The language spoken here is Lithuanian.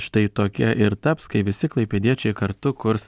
štai tokia ir taps kai visi klaipėdiečiai kartu kurs